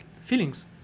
feelings